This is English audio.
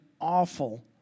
awful